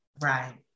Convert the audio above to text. Right